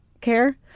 care